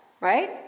right